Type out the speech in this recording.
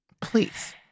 Please